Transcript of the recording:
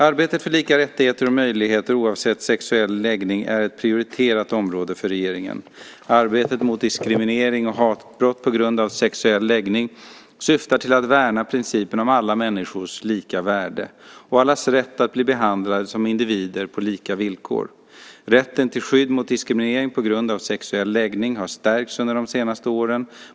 Arbetet för lika rättigheter och möjligheter oavsett sexuell läggning är ett prioriterat område för regeringen. Arbetet mot diskriminering och hatbrott på grund av sexuell läggning syftar till att värna principen om alla människors lika värde och allas rätt att bli behandlade som individer på lika villkor. Rätten till skydd mot diskriminering på grund av sexuell läggning har stärkts under de senaste åren.